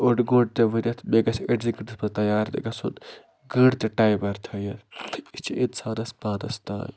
اوٚڑ گٲنٛٹہٕ تہِ ؤنِتھ مےٚ گژھِ أڑسٕے گَنٛٹَس منٛز تیار تہِ گَژھُن گٲنٛٹہٕ تہِ ٹایمَر تھاوِتھ یہِ چھِ اِنسانَس پانَس تام